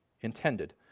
intended